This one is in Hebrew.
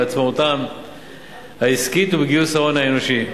בעצמאותן העסקית ובגיוס ההון האנושי.